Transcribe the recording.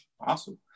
Awesome